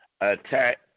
Attack